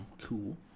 cool